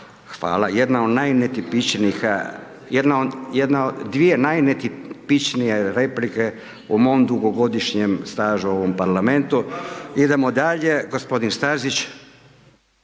najnetipičnijih dvije najnetipičnije replike u mom dugogodišnjem stažu u ovom parlamentu. Idemo dalje, g. Stazić.